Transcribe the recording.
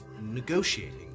negotiating